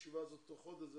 נקיים ישיבה כזאת תוך חודש.